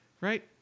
Right